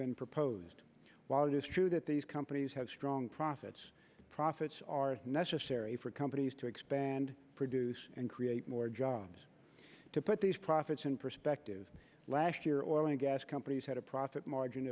been proposed while it is true that these companies have strong profits profits are necessary for companies to expand produce and create more jobs to put these profits in perspective last here or when gas companies had a profit margin